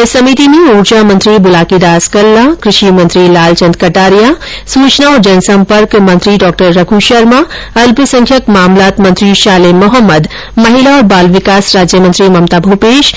इस उप समिति में ऊर्जा मंत्री बुलाकी दास कल्ला कृषि मंत्री लालचन्द कटारिया सूचना और जनसम्पर्क मंत्री डॉ रघू शर्मा अल्पसंख्यक मामलात मंत्री शाले मोहम्मद महिला और बाल विकास राज्यमंत्री ममता भूपेश